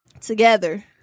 together